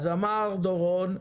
אמר דורון: